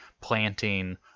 planting